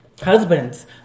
Husbands